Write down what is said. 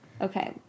okay